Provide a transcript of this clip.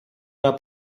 una